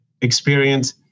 experience